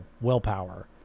willpower